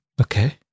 okay